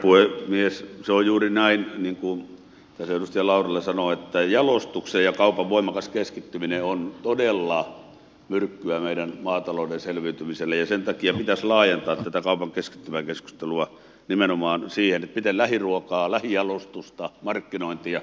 se on juuri näin niin kuin edustaja laurila sanoi että jalostuksen ja kaupan voimakas keskittyminen on todella myrkkyä meidän maatalouden selviytymiselle ja sen takia pitäisi laajentaa tätä kaupan keskittymän keskustelua nimenomaan siihen miten lähiruokaa lähijalostusta markkinointia voidaan vahvistaa